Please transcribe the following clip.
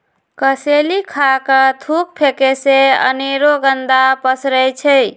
कसेलि खा कऽ थूक फेके से अनेरो गंदा पसरै छै